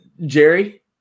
Jerry